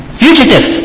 fugitive